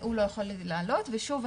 הוא לא יכול היה לעלות בזום,